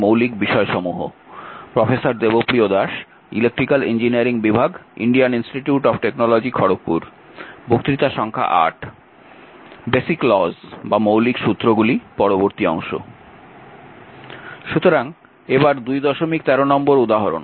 মৌলিক সুত্রগুলি পরবর্তী অংশ সুতরাং এবার 213 নম্বর উদাহরণ